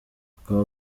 akaba